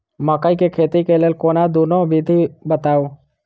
मकई केँ खेती केँ लेल कोनो दुगो विधि बताऊ?